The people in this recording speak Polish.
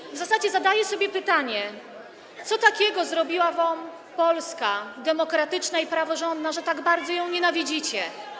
I w zasadzie zadaję sobie pytanie: Co takiego zrobiła wam Polska demokratyczna i praworządna, że tak bardzo jej nienawidzicie?